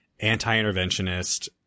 anti-interventionist